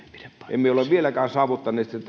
emme ole vieläkään saavuttaneet